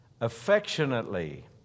affectionately